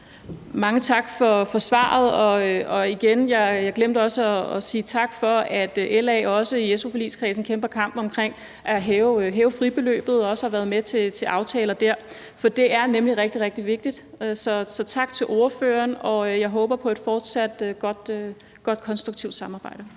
Mange tak for svaret. Og igen glemte jeg også at sige tak for, at LA også i su-forligskredsen kæmper kampen for at hæve fribeløbet og også har været med til aftaler der, for det er nemlig rigtig, rigtig vigtigt. Så tak til ordføreren. Jeg håber på et fortsat godt og konstruktivt samarbejde.